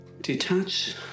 detach